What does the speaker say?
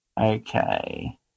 Okay